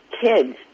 kids